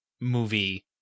movie